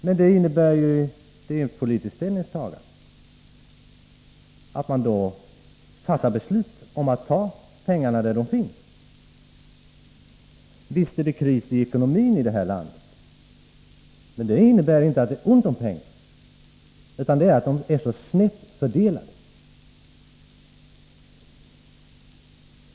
Men det innebär ju ett politiskt ställningstagande att fatta beslut om att ta pengarna där de finns. Visst är det kris i ekonomin i det här landet, men det beror inte på att det är ont om pengar, utan på att de är så snett fördelade.